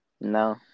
No